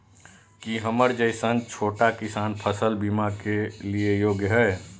की हमर जैसन छोटा किसान फसल बीमा के लिये योग्य हय?